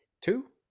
Two